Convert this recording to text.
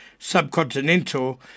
subcontinental